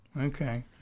okay